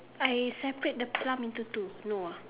I separate the plum into two no ah